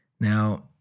Now